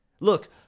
Look